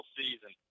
season